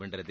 வென்றது